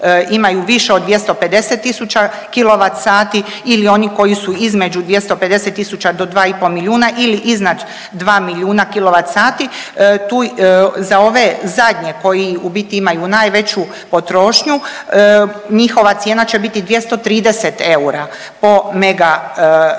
više od 250000 kilovat sati ili oni koji su između 250 000 do dva i pol milijuna ili iznad 2 milijuna kilovat sati. Tu, za ove zadnje koji u biti imaju najveću potrošnju njihova cijena će biti 230 eura po mega